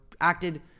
acted